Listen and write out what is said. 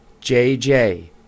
JJ